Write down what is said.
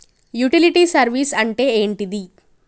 Utility service అంటే ఏంటిది?